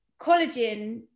collagen